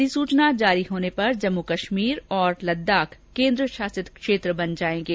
अधिसुचना जारी होने पर जम्म कश्मीर और लद्दाख केन्द्र शासित क्षेत्र बन जाएगे